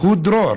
הוא דרור